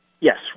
yes